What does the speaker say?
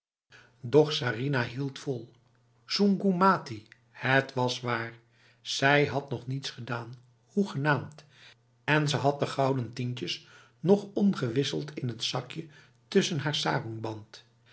doch sarinah hield vol soenggoeh mati het was waar zij had nog niets gedaan hoegenaamd en ze had de gouden tientjes nog ongewisseld in t zakje tussen haar